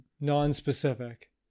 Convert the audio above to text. non-specific